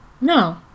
No